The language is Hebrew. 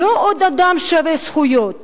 לא עוד אדם שווה זכויות